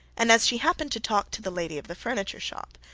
and as she happened to talk to the lady of the furniture shop,